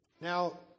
Now